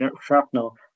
shrapnel